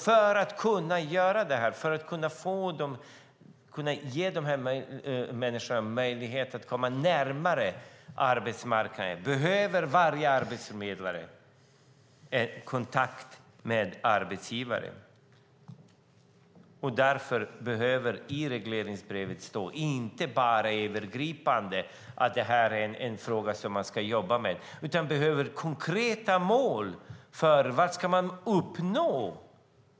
För att kunna ge dessa människor möjlighet att komma närmare arbetsmarknaden behöver varje arbetsförmedlare en kontakt med arbetsgivare. Därför behöver det inte bara övergripande stå i regleringsbrevet att det är en fråga som de ska jobba med. De behöver konkreta mål för vad de ska uppnå.